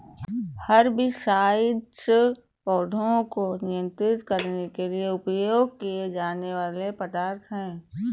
herbicides पौधों को नियंत्रित करने के लिए उपयोग किए जाने वाले पदार्थ हैं